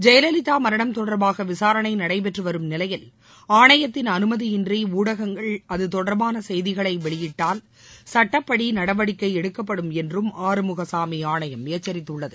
ஜெயலலிதா மரணம் தொடர்பாக விசாரணை நடைபெற்று வரும் நிலையில் ஆணையத்தின் அமைதி இன்றி ஊடகங்கள் அது தொடர்பான செய்திகளை வெளியிட்டால் சுட்டப்படி நடவடிக்கை எடுக்கப்படும் என்றும் ஆறுமுகசாமி ஆணையம் எச்சரித்துள்ளது